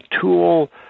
tool